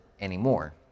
anymore